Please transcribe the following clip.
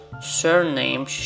surname